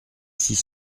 six